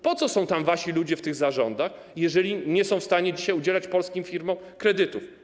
Po co są wasi ludzie w tych zarządach, jeżeli nie są w stanie dzisiaj udzielać polskim firmom kredytów?